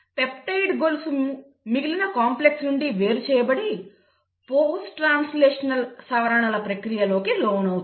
peptide గొలుసు మిగిలిన complex నుండి వేరు చేయబడి పోస్ట్ ట్రాన్స్లేషనల్ సవరణల ప్రక్రియకు లోనవుతుంది